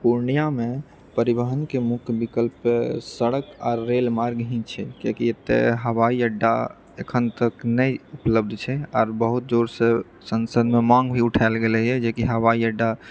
पूर्णियामे परिवहनके मुख्य विकल्प तऽ सड़क आर रेल मार्ग ही छै किएकि एतऽ हवाई अड्डा आ एखन तक नहि उपलब्ध छै आर बहुत दिनसँ संसदमे मांग भी उठाएल गेलैए जेकि हवाई अड्डा